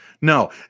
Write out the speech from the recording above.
No